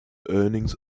earnings